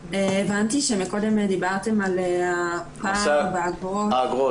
הבנתי שקודם דיברתם על הפער באגרות.